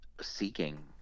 seeking